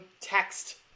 text